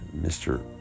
Mr